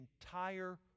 entire